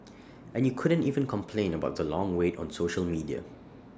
and you couldn't even complain about the long wait on social media